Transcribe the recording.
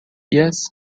jes